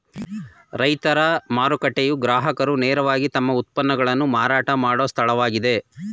ರೈತರ ಮಾರುಕಟ್ಟೆಯು ಗ್ರಾಹಕರು ನೇರವಾಗಿ ತಮ್ಮ ಉತ್ಪನ್ನಗಳನ್ನು ಮಾರಾಟ ಮಾಡೋ ಸ್ಥಳವಾಗಿದೆ